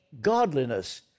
godliness